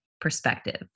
perspective